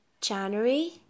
January